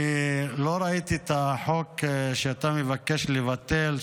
אני לא ראיתי את החוק שאתה מבקש לבטל,